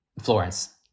florence